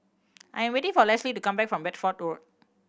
I am waiting for Lesli to come back from Bedford Road